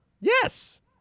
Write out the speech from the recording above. Yes